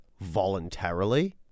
voluntarily